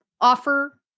offer